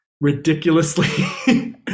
ridiculously